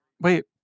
Wait